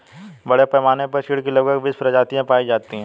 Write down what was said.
बड़े पैमाने पर चीढ की लगभग बीस प्रजातियां पाई जाती है